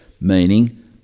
meaning